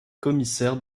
commissaire